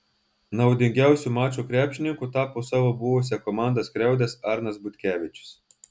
naudingiausiu mačo krepšininku tapo savo buvusią komandą skriaudęs arnas butkevičius